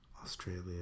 Australia